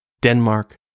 Denmark